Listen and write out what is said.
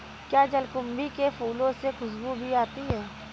क्या जलकुंभी के फूलों से खुशबू भी आती है